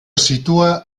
situa